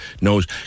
knows